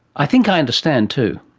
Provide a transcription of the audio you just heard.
i think i understand too.